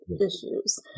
issues